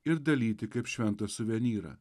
ir dalyti kaip šventą suvenyrą